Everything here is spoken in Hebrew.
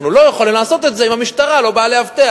אנחנו לא יכולים לעשות את זה אם המשטרה לא באה לאבטח.